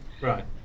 Right